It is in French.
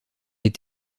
est